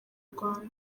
rwanda